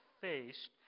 faced